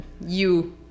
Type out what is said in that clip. you-